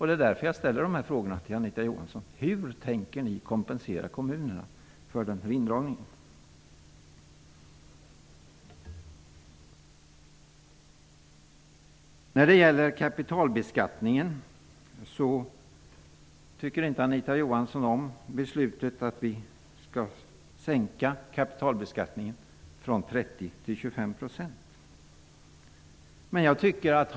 Det är därför som jag ställer frågan till Anita Johansson: Hur tänker ni kompensera kommunerna för denna indragning? Anita Johansson tycker inte om beslutet att kapitalbeskattningen skall sänkas från 30 % till 25 %.